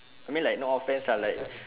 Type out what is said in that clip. I mean like no offense lah uh like